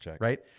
right